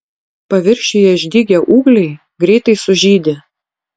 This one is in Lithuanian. paviršiuje išdygę ūgliai greitai sužydi